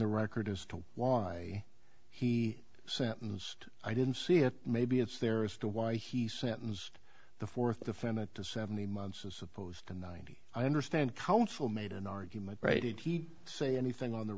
the record as to why he sentenced i didn't see it maybe it's there as to why he sentenced the fourth defendant to seventeen months as opposed to ninety i understand counsel made an argument right and he say anything on the